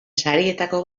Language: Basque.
sarietako